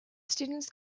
students